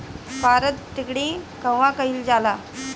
पारद टिक्णी कहवा कयील जाला?